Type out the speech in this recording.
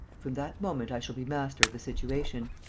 from that moment i shall be master of the situation.